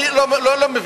אני לא מבין.